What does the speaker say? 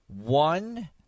one